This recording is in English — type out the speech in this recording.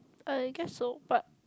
I guess so but